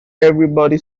everybody